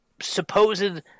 supposed